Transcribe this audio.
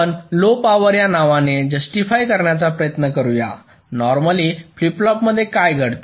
आपण low power या नावाचे जस्टीफाय करण्याचा प्रयत्न करूया नॉर्मली फ्लिप फ्लॉपमध्ये काय घडते